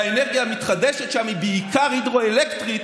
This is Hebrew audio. והאנרגיה המתחדשת שם היא בעיקר הידרו-אלקטרית,